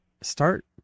start